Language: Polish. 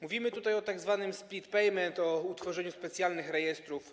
Mówimy tutaj o tzw. split payment, o utworzeniu specjalnych rejestrów.